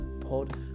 pod